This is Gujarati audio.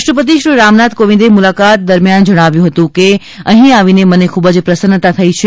રાષ્ટ્રપતિ શ્રી રામનાથ કોવિંદે મુલાકાત બાદ જણાવ્યું હતું કે અહીં આવીને મને ખૂબ જ પ્રસન્નતા થઇ છે